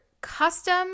custom